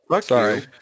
Sorry